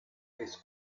his